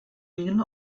minen